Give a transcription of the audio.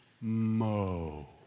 mo